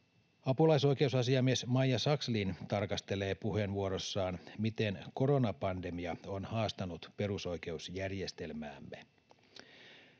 Apulaisoikeusasiamies Maija Sakslin tarkastelee puheenvuorossaan, miten koronapandemia on haastanut perusoikeusjärjestelmäämme.